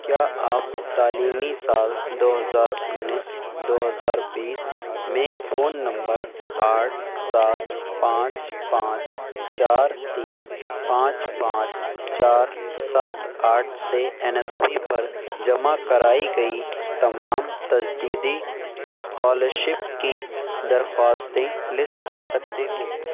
کیا آپ تعلیمی سال دو ہزار انیس دو ہزار بیس میں فون نمبر آٹھ سات پانچ پانچ چار تین پانچ پانچ چار سات آٹھ سے این ایس پی پر جمع کرائی گئی تمام تجدیدی اسکالر شپ کی درخواستیں لسٹ کر سکتے ہو